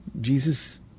Jesus